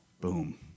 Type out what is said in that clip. Boom